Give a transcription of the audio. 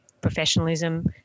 professionalism